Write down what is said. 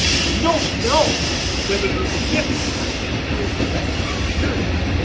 so you don't know whether you can get there you can infer from past experience,